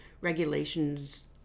regulations